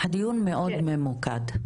הדיון הוא מאוד ממוקד.